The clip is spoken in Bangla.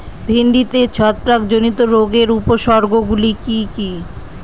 ভিন্ডিতে ছত্রাক জনিত রোগের উপসর্গ গুলি কি কী?